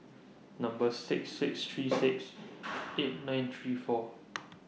Number six six three six eight nine three four